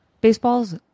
Baseball's